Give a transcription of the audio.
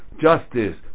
justice